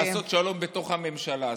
לעשות שלום בתוך הממשלה הזאת.